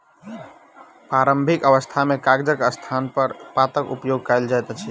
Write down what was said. प्रारंभिक अवस्था मे कागजक स्थानपर पातक उपयोग कयल जाइत छल